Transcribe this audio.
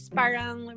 parang